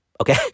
Okay